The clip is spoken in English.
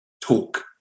talk